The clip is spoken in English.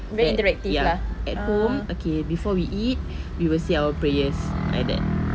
like ya at home okay before we eat we will say our prayers like that